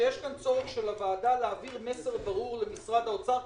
שיש כאן צורך של הוועדה להעביר מסר ברור למשרד האוצר,